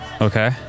Okay